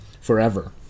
forever